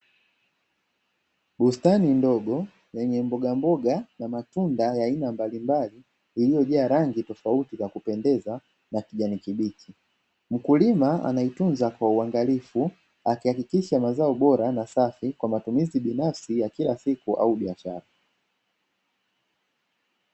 Bustani ndogo yenye mbogamboga na matunda ya aina mbalimbali, iliyojaa rangi tofauti za kupendeza na kijani kibichi, mkulima anaitunza kwa uangalifu akihakikisha mazao bora na safi kwa matumizi ya kila siku au biashara.